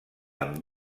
amb